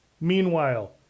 Meanwhile